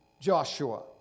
Joshua